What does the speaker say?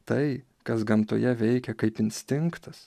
tai kas gamtoje veikia kaip instinktas